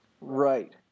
right